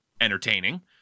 entertaining